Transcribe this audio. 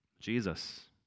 Jesus